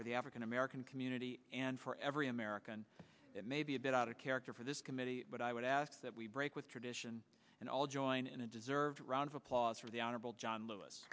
for the african american community and for every american it may be a bit out of character for this committee but i would ask that we break with tradition and all join in a deserved round of applause for the honorable john l